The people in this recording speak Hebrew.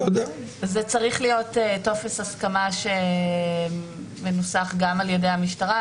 צריך להיות טופס הסכמה שמנוסח גם על-ידי המשטרה.